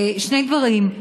שני דברים: